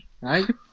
right